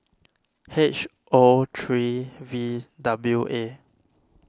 H O three V W A